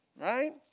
Right